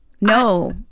no